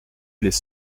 les